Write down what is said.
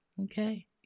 Okay